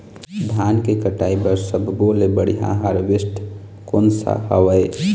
धान के कटाई बर सब्बो ले बढ़िया हारवेस्ट कोन सा हवए?